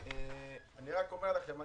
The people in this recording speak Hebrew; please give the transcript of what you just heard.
אני רק אומר לכם,